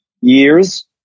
years